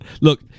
Look